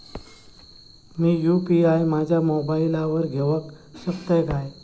मी UPI माझ्या मोबाईलावर घेवक शकतय काय?